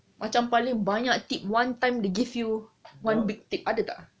macam paling banyak tip one time they give you one big tip ada tak